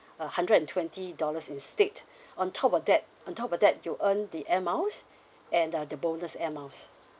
a hundred and twenty dollars instead on top of that on top of that you earn the air miles and the the bonus air miles